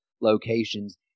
locations